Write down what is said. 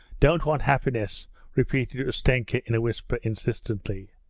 don't want happiness repeated ustenka in a whisper, insistently.